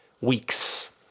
weeks